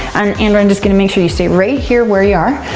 and andrea, i'm just gonna make sure you stay right here where you are,